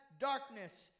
darkness